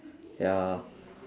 ya